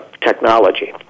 technology